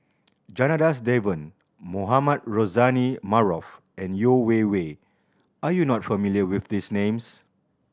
Janadas Devan Mohamed Rozani Maarof and Yeo Wei Wei are you not familiar with these names